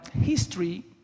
history